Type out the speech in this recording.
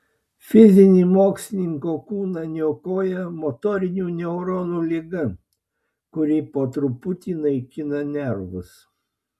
fizinį mokslininko kūną niokoja motorinių neuronų liga kuri po truputį naikina nervus